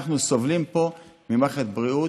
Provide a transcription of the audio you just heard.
אנחנו סובלים פה ממערכת בריאות,